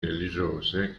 religiose